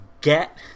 get